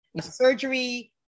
surgery